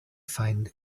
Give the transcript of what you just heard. find